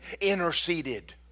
interceded